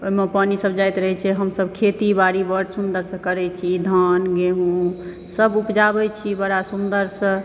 ओहिमे पानि सब जाइत रहै छै हम सभ खेती बारी बड्ड सुन्दर सऽ करै छी धान गेंहूँ सब उपजाबै छी बड़ा सुन्दर सऽ